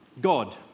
God